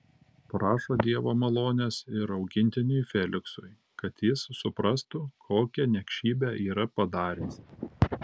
prašo dievo malonės ir augintiniui feliksui kad jis suprastų kokią niekšybę yra padaręs